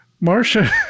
Marcia